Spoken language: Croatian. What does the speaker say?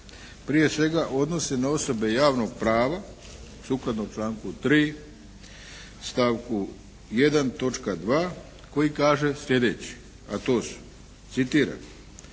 prije svega odnosi na osobe javnog prava sukladno članku 3. stavku 1. točka 2. koji kaže sljedeće, a to su, citiram: